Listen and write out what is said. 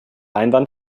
einwand